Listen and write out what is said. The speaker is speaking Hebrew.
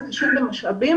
זה פשוט גם משאבים,